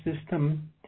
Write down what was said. system